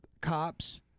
cops